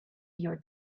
your